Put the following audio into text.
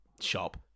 shop